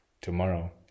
tomorrow